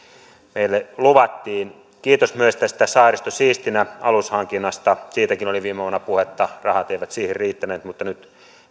meille luvattiin kiitos myös tästä saaristo siistinä alushankinnasta siitäkin oli viime vuonna puhetta rahat eivät siihen riittäneet mutta nyt